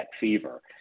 fever